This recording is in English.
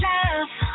Love